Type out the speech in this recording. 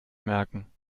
merken